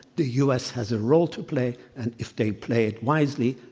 the u. s. has a role to play. and if they play it wisely,